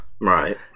Right